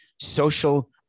social